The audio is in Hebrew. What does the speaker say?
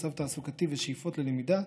מצב תעסוקתי ושאיפות ללמידה,